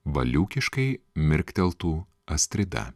valiūkiškai mirkteltų astrida